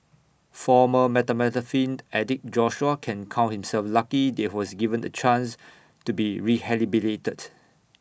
former methamphetamine addict Joshua can count himself lucky that he was given A chance to be rehabilitated